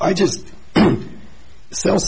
i just so